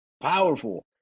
powerful